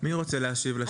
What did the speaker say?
אני רק רוצה לדיין